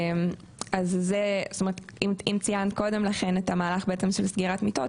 אז אם ציינת קודם לכן את המהלך של סגירת מיטות,